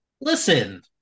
listen